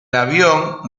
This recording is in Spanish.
avión